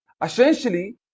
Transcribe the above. Essentially